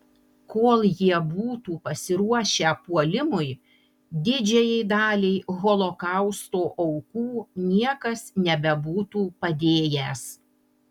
kol jie būtų pasiruošę puolimui didžiajai daliai holokausto aukų niekas nebebūtų padėjęs